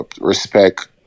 Respect